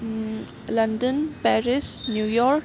London Paris New York